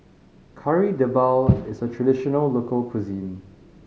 Kari Debal is a traditional local cuisine